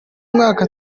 mwaka